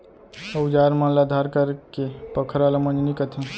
अउजार मन ल धार करेके पखरा ल मंजनी कथें